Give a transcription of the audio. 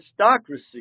aristocracy